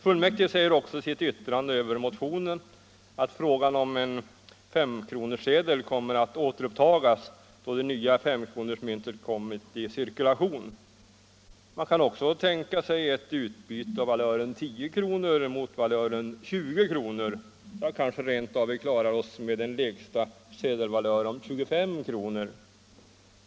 Fullmäktige säger också i sitt yttrande över motionen att frågan om en S-kronorssedel kommer att återupptas då det nya S-kronorsmyntet kommit i cirkulation. Man kan också tänka sig ett utbyte av 10-kronorssedeln mot en 20-kronorssedel. ja vi kanske rent av klarar oss med en lägsta sedelvalör på 25 kr.